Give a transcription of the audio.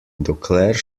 dokler